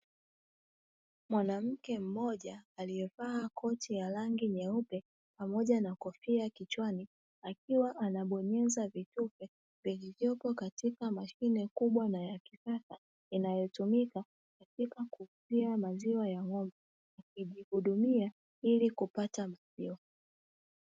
Mwanamke mmoja aliyevaa koti ya rangi nyeupe pamoja na kofia kichwani, akiwa anabonyeza vitufe vyenye vilivyopo katika mashine kubwa na ya kisasa inayotumika katika kuuzia maziwa ya ng'ombe, akijihudumia ili kupata maziwa.